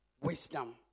wisdom